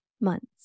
months